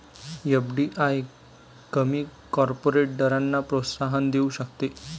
FDI कमी corporate दरांना प्रोत्साहन देऊ शकते